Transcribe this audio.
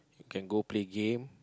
can go play game